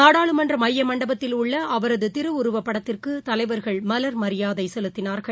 நாடாளுமன்றமையமண்டபத்தில் உள்ள அவரதுதிருவுருவப் படத்திற்குதலைவர்கள் மலர் மரியாதைசெலுத்தினார்கள்